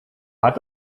hat